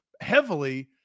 heavily